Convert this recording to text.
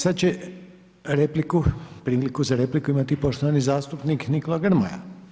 Sad će repliku, priliku za repliku imati poštovani zastupnik Nikola Grmoja.